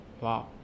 wow